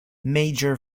major